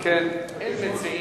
אם כן, אין מציעים.